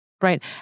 right